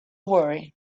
worry